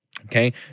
okay